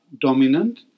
dominant